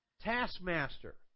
taskmaster